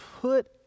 put